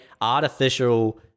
artificial